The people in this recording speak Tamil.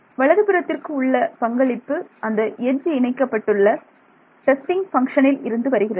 வலது புறத்திற்கு உள்ள பங்களிப்பு அந்த எட்ஜ் இணைக்கப்பட்டுள்ள டெஸ்டிங் பங்க்ஷனில் இருந்து வருகிறது